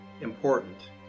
important